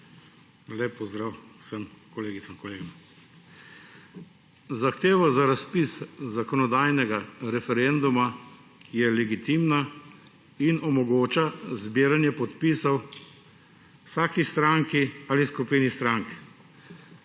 Lep pozdrav vsem kolegicam, kolegom! Zahteva za razpis zakonodajnega referenduma je legitimna in omogoča zbiranje podpisov vsaki stranki ali skupini strank,